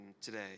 today